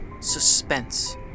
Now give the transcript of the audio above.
suspense